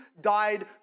died